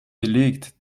belegt